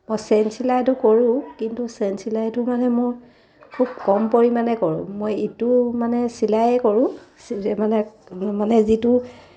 মই চেইন চিলাইটো কৰোঁ কিন্তু চেইন চিলাইটো মানে মোৰ খুব কম পৰিমাণে কৰোঁ মই ইটো মানে চিলায়ে কৰোঁ মানে মানে যিটো